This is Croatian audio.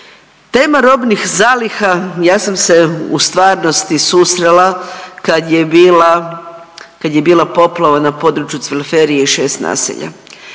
Tema robnih zaliha ja sam se u stvarnosti susrela kad je bila poplava na području Cvelferije i šest naselja,